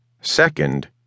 Second